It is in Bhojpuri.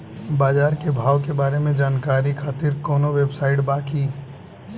बाजार के भाव के बारे में जानकारी खातिर कवनो वेबसाइट बा की?